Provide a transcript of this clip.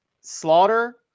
Slaughter